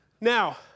Now